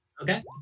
Okay